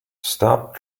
stop